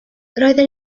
roedden